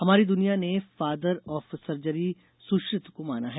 सारी दुनिया ने फॉदर ऑफ सर्जरी सुश्रत को माना है